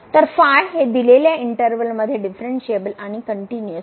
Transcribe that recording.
तर दिलेल्या इंटर्वल मध्ये डिफरणशिएबल आणि कनट्युनिअस आहे